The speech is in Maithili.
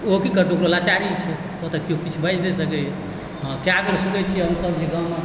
तऽ ओहो की करतै ओकरो लाचारी छै ओतऽ केओ किछु बाजि नहि सकै यऽ हँ कए बेर सुनै छियै हमसब जे गाममे